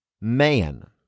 man